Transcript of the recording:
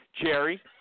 jerry